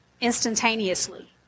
instantaneously